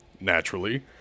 Naturally